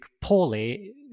poorly